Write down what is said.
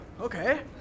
okay